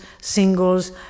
singles